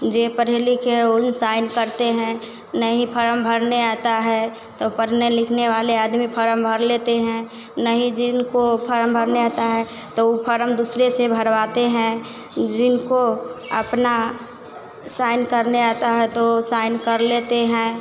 जे पढ़े लिखे हैं उन साइन करते हैं नहीं फरम भरने आता है तो पढ़ने लिखने वाले आदमी फरम भर लेते हैं नहीं जिनको फरम भरने आता है त उ फरम दूसरे से भरवाते हैं जिनको अपना साइन करने आता है तो साइन कर लेते हैं